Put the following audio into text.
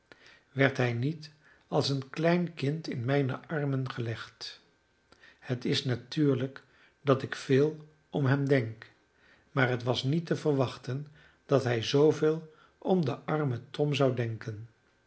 werd hij niet als een klein kind in mijne armen gelegd het is natuurlijk dat ik veel om hem denk maar het was niet te verwachten dat hij zooveel om den armen tom zou denken